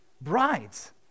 brides